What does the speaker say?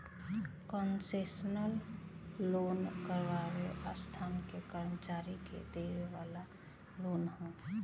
concessional loan कवनो संस्था के कर्मचारी के देवे वाला लोन ह